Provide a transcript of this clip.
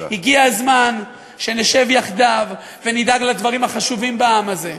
הגיע הזמן שנשב יחדיו ונדאג לדברים החשובים לעם הזה,